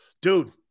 Dude